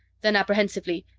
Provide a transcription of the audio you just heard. then, apprehensively,